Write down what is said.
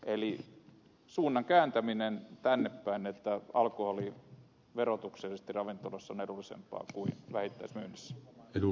eli suunta pitää kääntää tännepäin että alkoholi verotuksellisesti ravintoloissa on edullisempaa kuin vähittäismyynnissä